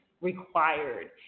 required